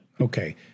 Okay